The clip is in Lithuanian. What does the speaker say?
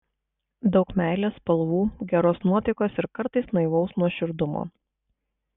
daug meilės spalvų geros nuotaikos ir kartais naivaus nuoširdumo